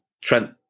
Trent